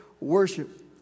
worship